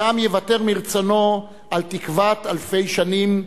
שעם יוותר מרצונו על תקוות אלפי שנים,